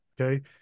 okay